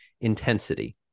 intensity